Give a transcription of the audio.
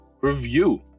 review